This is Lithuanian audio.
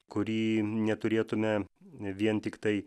kurį neturėtume vien tiktai